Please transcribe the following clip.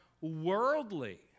worldly